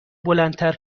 بلندتر